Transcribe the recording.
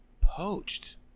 Poached